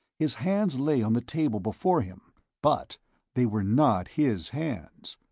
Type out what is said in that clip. his hands lay on the table before him but they were not his hands.